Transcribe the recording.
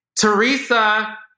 Teresa